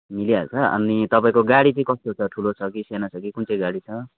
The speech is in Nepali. मिलिहाल्छ अनि तपाईँको गाडी चाहिँ कस्तो छ ठुलो छ कि सानो छ कि कुन चाहिँ गाडी छ